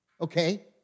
okay